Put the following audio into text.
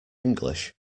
english